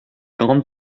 grand